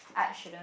art shouldn't